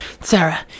Sarah